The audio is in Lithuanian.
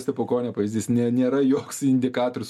stepukonio pavyzdys ne nėra joks indikatorius